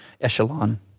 echelon